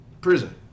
prison